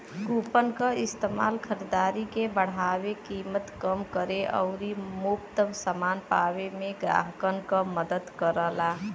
coupon क इस्तेमाल खरीदारी के बढ़ावे, कीमत कम करे आउर मुफ्त समान पावे में ग्राहकन क मदद करला